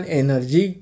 energy